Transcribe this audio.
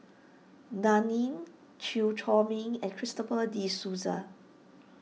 Dan Ying Chew Chor Meng and Christopher De Souza